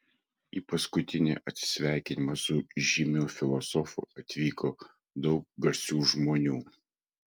į paskutinį atsisveikinimą su žymiu filosofu atvyko daug garsių žmonių